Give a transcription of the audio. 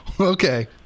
Okay